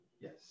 Yes